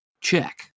Check